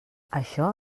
això